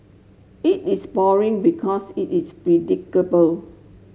it is boring because it is predictable